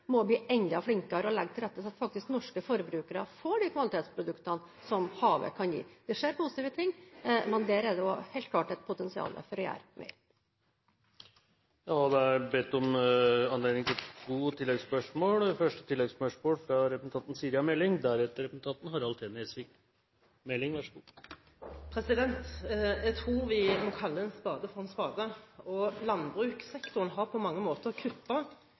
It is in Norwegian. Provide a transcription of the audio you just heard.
må bli enda flinkere til å legge til rette, slik at norske forbrukere faktisk får de kvalitetsproduktene som havet kan gi. Det skjer positive ting, men det er også helt klart et potensial for å gjøre mer. Det blir gitt anledning til to oppfølgingsspørsmål – først representanten Siri A. Meling. Jeg tror vi må kalle en spade for en spade. Landbrukssektoren har på mange måter